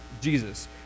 Jesus